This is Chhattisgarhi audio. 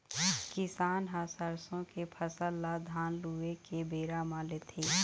किसान ह सरसों के फसल ल धान लूए के बेरा म लेथे